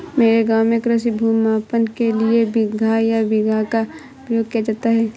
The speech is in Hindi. मेरे गांव में कृषि भूमि मापन के लिए बिगहा या बीघा का प्रयोग किया जाता है